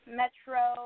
metro